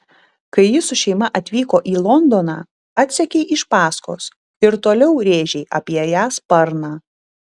kai ji su šeima atvyko į londoną atsekei iš paskos ir toliau rėžei apie ją sparną